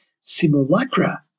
simulacra